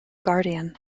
guardian